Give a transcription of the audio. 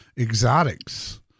exotics